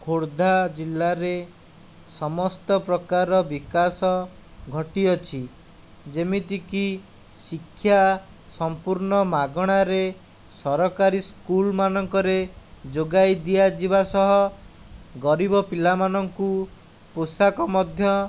ଖୋର୍ଦ୍ଧା ଜିଲ୍ଲାରେ ସମସ୍ତ ପ୍ରକାର ବିକାଶ ଘଟିଅଛି ଯେମିତିକି ଶିକ୍ଷା ସମ୍ପୂର୍ଣ୍ଣ ମାଗଣାରେ ସରକାରୀ ସ୍କୁଲମାନଙ୍କରେ ଯୋଗାଇ ଦିଆଯିବା ସହ ଗରିବ ପିଲାମାନଙ୍କୁ ପୋଷାକ ମଧ୍ୟ